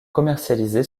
commercialisé